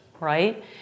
right